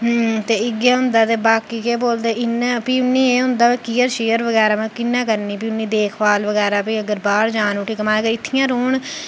ते इ'यै हुंदा ऐ ते बाकी केह् बोलदे इ'यां बाकी फ्ही मिगी इन्ना हुं'दा कि कि'यां शेयर बगैरा मी कि'यां करनी भी उं'दी देखभाल बगैरा भाई अगर बाह्र जान उठी कमाने भाई इत्थै गै रौह्न